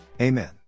Amen